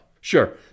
sure